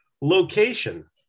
location